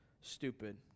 stupid